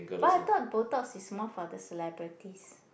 but I thought botox is more for the celebrities